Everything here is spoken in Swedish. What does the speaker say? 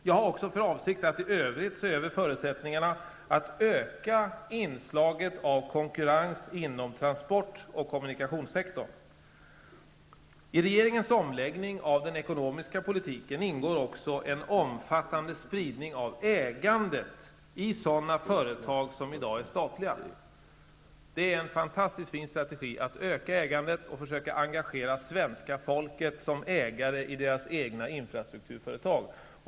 Jag har också för avsikt att i övrigt se över förutsättningarna att öka inslaget av konkurrens inom transport och kommunikationssektorn. I regeringens omläggning av den ekonomiska politiken ingår också en omfattande spridning av ägandet i sådana företag som i dag är statliga. Det är en fantastiskt fin strategi att öka ägandet och försöka engagera svenska folket som ägare i deras egna infrastrukturföretag.